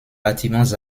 bâtiments